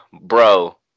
bro